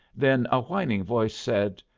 then a whining voice said,